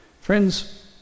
Friends